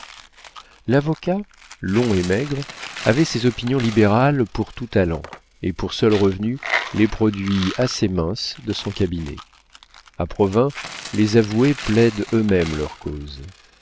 l'avocat long et maigre avait ses opinions libérales pour tout talent et pour seul revenu les produits assez minces de son cabinet a provins les avoués plaident eux-mêmes leurs causes